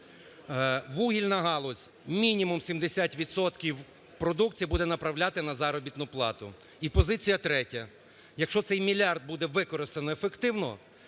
Вугільна галузь мінімум 70 відсотків продукції буде направляти на заробітну плату. І позиція третя. Якщо цей мільярд буде використаний ефективно,